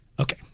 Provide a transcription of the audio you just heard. Okay